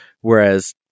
whereas